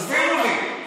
תסבירו לי,